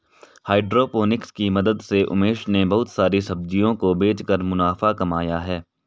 hydroponics की मदद से उमेश ने बहुत सारी सब्जियों को बेचकर मुनाफा कमाया है